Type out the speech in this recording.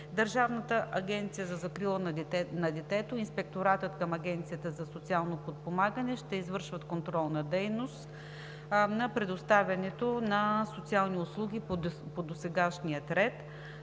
Държавната агенция за закрила на детето и инспекторатът към Агенцията за социално подпомагане ще извършват контролна дейност на предоставянето на социални услуги по досегашния ред.